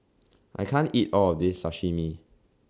I can't eat All of This Sashimi